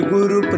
Guru